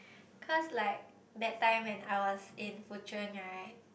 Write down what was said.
cause like that time when I was in Fu-chun right